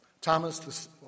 Thomas